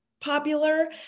popular